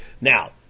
Now